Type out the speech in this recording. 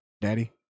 daddy